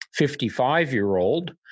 55-year-old